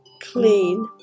clean